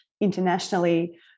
internationally